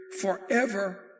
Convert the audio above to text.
forever